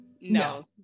no